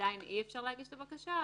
עדיין אי-אפשר להגיש את הבקשה,